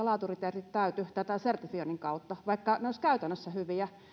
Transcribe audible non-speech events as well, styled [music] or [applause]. [unintelligible] laatukriteerit täyty tämän sertifioinnin kautta vaikka ne olisivat käytännössä hyviä